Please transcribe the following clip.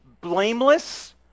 blameless